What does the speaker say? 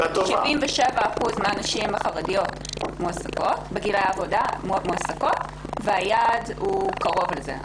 77% מן הנשים החרדיות בגילאי העבודה מועסקות והיעד הוא קרוב לזה.